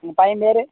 உங்கள் பையன் பேர்